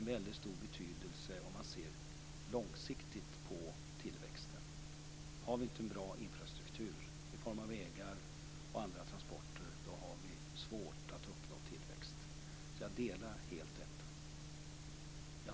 Har vi inte en bra infrastruktur i form av vägar och andra transporter har vi svårt att uppnå tillväxt. Jag delar helt den synpunkten.